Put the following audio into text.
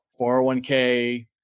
401k